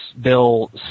Bill